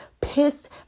pissed